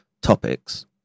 topics